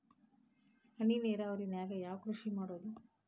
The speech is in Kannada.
ಹನಿ ನೇರಾವರಿ ನಾಗ್ ಯಾವ್ ಕೃಷಿ ಮಾಡ್ಬೋದು?